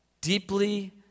deeply